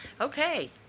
Okay